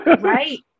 Right